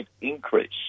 increase